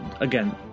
again